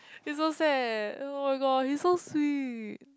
it's so sad eh [oh]-my-god he's so sweet